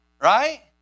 right